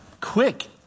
quick